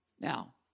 Now